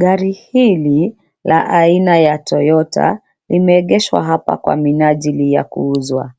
Gari hili la aina ya Toyota limeegeshwa hapa kwa minajili ya kuuzwa.